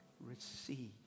receive